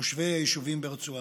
תושבי היישובים ברצועה.